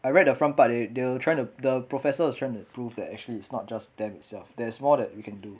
I read the front part they they trying to the professor is trying to prove that actually it's not just them itself there's more that we can do